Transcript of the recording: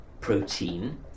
protein